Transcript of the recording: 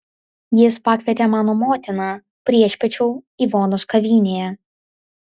jis pakvietė mano motiną priešpiečių ivonos kavinėje